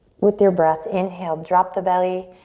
with your breath, inhale, drop the belly,